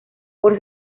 por